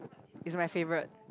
is my favourite